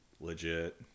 legit